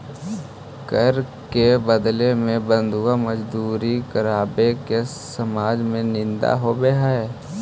कर के बदले में बंधुआ मजदूरी करावे के समाज में निंदा होवऽ हई